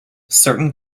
certain